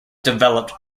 developed